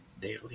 daily